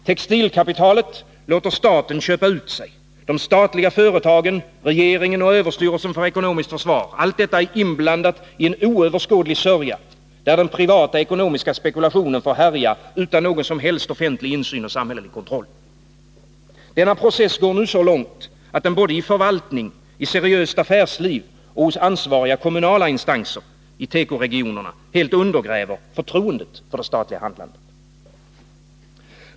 Textilkapitalet låter staten köpa ut sig, de statliga företagen, regeringen och överstyrelsen för ekonomiskt försvar — allt detta är inblandat i en oöverskådlig sörja, där den privata ekonomiska spekulationen får härja utan någon som helst offentlig insyn och samhällelig kontroll. Denna process går nu så långt, att den både i förvaltning, i seriöst affärsliv och hos ansvariga kommunala instanser i tekoregionerna helt undergräver förtroendet för det statliga handlandet.